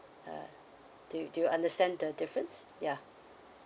uh do you do you understand the difference ya